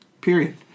Period